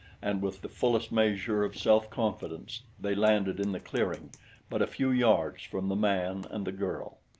and with the fullest measure of self-confidence they landed in the clearing but a few yards from the man and the girl.